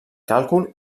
càlcul